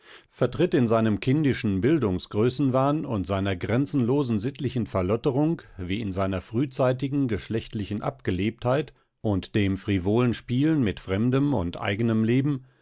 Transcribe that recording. vertritt in seinem kindischen bildungsgrößenwahn dungsgrößenwahn und seiner grenzenlosen sittlichen verlotterung wie in seiner frühzeitigen geschlechtlichen abgelebtheit und dem frivolen spielen mit fremdem und eigenem leben